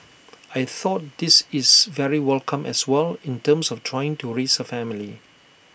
I thought this is very welcome as well in terms of trying to raise A family